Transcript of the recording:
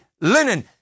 linen